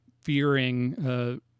fearing